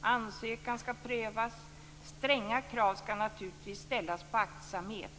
Ansökan skall prövas. Stränga krav skall naturligtvis ställas på aktsamhet.